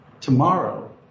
Tomorrow